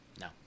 No